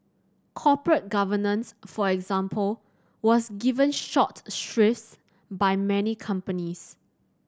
corporate governance for example was given short shrifts by many companies